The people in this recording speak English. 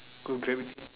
cause of gravity